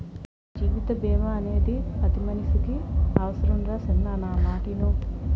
జీవిత బీమా అనేది పతి మనిసికి అవుసరంరా సిన్నా నా మాటిను